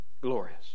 Glorious